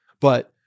but-